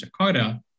jakarta